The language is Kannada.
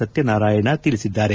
ಸತ್ಯನಾರಾಯಣ ತಿಳಿಸಿದ್ದಾರೆ